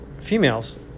females